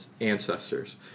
ancestors